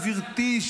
גברתי,